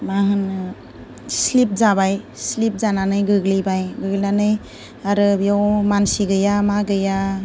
मा होनो स्लिप जाबाय स्लिप जानानै गोग्लैबाय गोग्लैनानै आरो बेयाव मानसि गैया मा गैया